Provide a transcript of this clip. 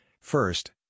First